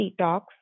detox